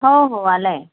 हो हो आलं आहे